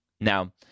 Now